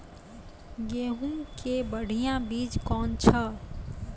गेहूँ के बढ़िया बीज कौन छ?